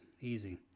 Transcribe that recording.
easy